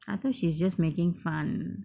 I thought she's just making fun